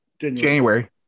January